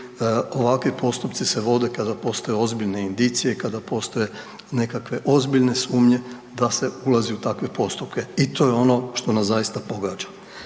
ovakvi postupci se vode kada postoje ozbiljne indicije i kada postoje nekakve ozbiljne sumnje da se ulazi u takve postupke. I to je ono što nas zaista pogađa.